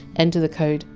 enter the code!